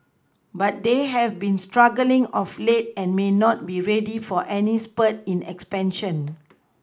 but they have been struggling of late and may not be ready for any spurt in expansion